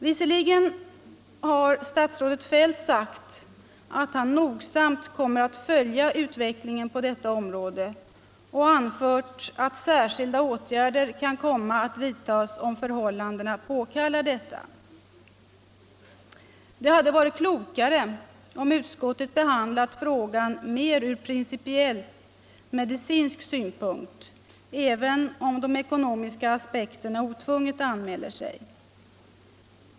Visserligen har statsrådet Feldt sagt att han nogsamt kommer att följa utvecklingen på detta område och anfört att särskilda åtgärder kan komma att vidtas om förhållandena påkallar detta. Men det hade varit klokare om utskottet behandlat frågan mer ur principiell medicinsk synpunkt, även om det är riktigt att de ekonomiska aspekterna otvunget anmäler sig i sammanhanget.